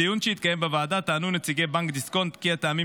בדיון שהתקיים בוועדה טענו נציגי בנק דיסקונט כי הטעמים